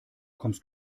kommst